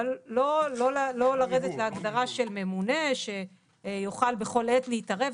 אבל לא לרדת להגדרה של ממונה שיוכל בכל עת להתערב,